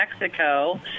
Mexico